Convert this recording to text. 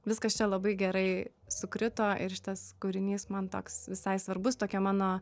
viskas čia labai gerai sukrito ir šitas kūrinys man toks visai svarbus tokia mano